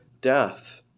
death